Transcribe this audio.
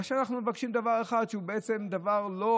ועכשיו אנחנו מבקשים דבר אחד, שהוא בעצם דבר שהוא